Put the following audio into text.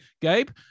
Gabe